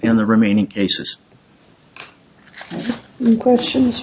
in the remaining cases questions